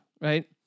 right